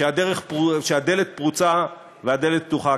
שהדלת פרוצה והדלת פתוחה.